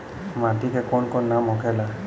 माटी के कौन कौन नाम होखेला?